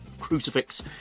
crucifix